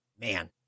Man